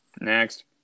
Next